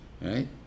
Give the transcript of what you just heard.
right